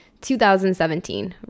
2017